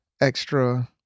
extra